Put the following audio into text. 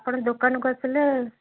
ଆପଣ ଦୋକାନକୁ ଆସିଲେ